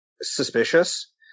suspicious